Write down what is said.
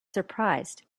surprised